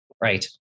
Right